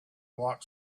walked